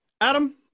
Adam